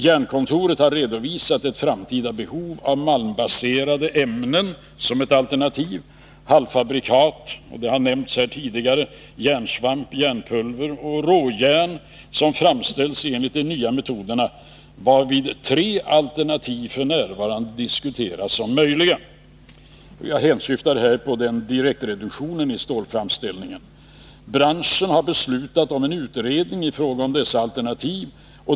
Jernkontoret har redovisat ett framtida behov av malmbaserade ämnen — halvfabrikat som järnsvamp, järnpulver och råjärn — framställda enligt de nya metoder varav tre alternativ f. n. diskuteras som möjliga. Jag hänsyftar här på direktreduktionen i stålframställningen. Branschen har beslutat om en utredning i fråga om dessa alternativ.